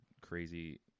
crazy